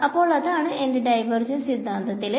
അപ്പോൾ അതാണ് എന്റെ ഡൈവേർജൻസ് സിദ്ധതത്തിലെ